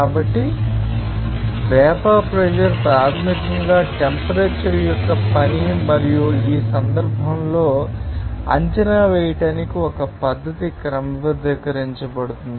కాబట్టి vapour pressure ప్రాథమికంగా temperature యొక్క పని మరియు ఈ సందర్భంలో అంచనా వేయడానికి ఒక పద్ధతి క్రమబద్ధీకరించబడుతుంది